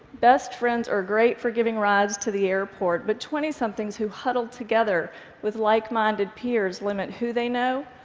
best friends are great for giving rides to the airport, but twentysomethings who huddle together with like-minded peers limit who they know,